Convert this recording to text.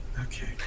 Okay